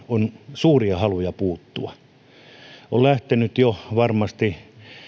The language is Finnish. on ollut suuria haluja puuttua on lähdetty jo varmasti